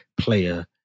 player